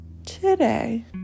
Today